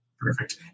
Perfect